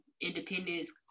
independence